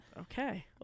okay